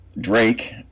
Drake